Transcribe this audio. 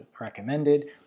recommended